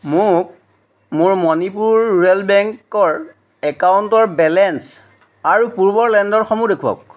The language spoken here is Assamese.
মোক মোৰ মণিপুৰ ৰুৰেল বেংকৰ একাউণ্টৰ বেলেঞ্চ আৰু পূৰ্বৰ লেনদেনসমূহ দেখুৱাওক